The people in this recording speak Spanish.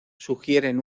sugieren